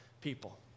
people